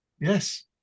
yes